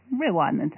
Rewind